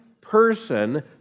person